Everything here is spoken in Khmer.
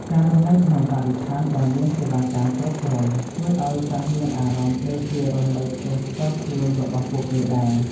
ការរស់នៅក្នុងបរិស្ថានដែលមានសេវាកម្មគ្រប់គ្រាន់ជួយឱ្យសិស្សមានអារម្មណ៍ដូចជារស់នៅផ្ទះផ្ទាល់ខ្លួនរបស់ពួកគេដែរ។